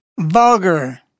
vulgar